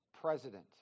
president